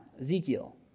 Ezekiel